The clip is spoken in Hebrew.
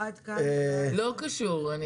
אדוני היושב-ראש,